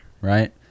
right